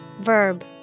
Verb